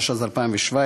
התשע"ז 2017,